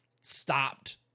Stopped